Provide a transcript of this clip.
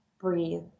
breathe